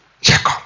Jacob